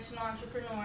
entrepreneur